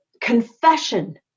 confession